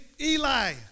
Eli